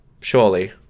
surely